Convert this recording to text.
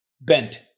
Bent